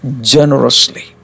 generously